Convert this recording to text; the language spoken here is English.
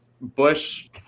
Bush